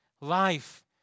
life